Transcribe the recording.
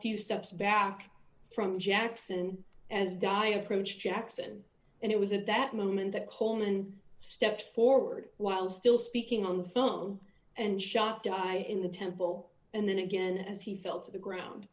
few steps back from jackson as di approached jackson and it was at that moment that coleman stepped forward while still speaking on the phone and shot guy in the temple and then again as he fell to the ground